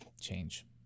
change